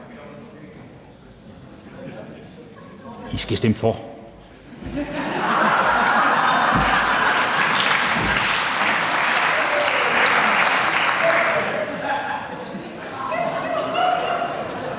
nu skal stemme om